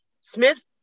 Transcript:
Smith